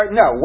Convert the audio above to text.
no